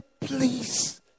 please